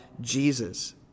Jesus